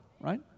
right